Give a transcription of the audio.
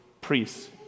priests